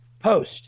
Post